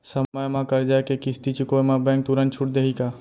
समय म करजा के किस्ती चुकोय म बैंक तुरंत छूट देहि का?